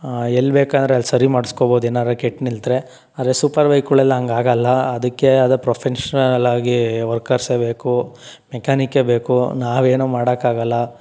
ಎಲ್ಲಿ ಬೇಕಂದರೆ ಅಲ್ಲಿ ಸರಿ ಮಾಡಿಸ್ಕೊಬೋದು ಏನಾರೂ ಕೆಟ್ಟು ನಿಂತರೆ ಆದರೆ ಸೂಪರ್ ಬೈಕ್ಗಳಲ್ಲಿ ಹಂಗ್ ಆಗೋಲ್ಲ ಅದಕ್ಕೇ ಆದ ಪ್ರೊಫೆಷನಲ್ ಆಗಿ ವರ್ಕರ್ಸೇ ಬೇಕು ಮೆಕ್ಯಾನಿಕ್ಕೆ ಬೇಕು ನಾವು ಏನೂ ಮಾಡೋಕ್ಕಾಗಲ್ಲ